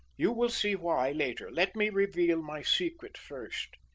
you will see why later let me reveal my secret first.